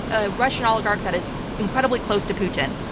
a russian oligarch that is incredibly close to putin.